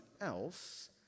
else